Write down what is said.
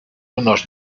unos